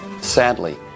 Sadly